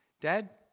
Dad